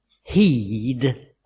heed